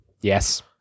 Yes